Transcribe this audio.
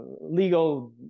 legal